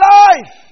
life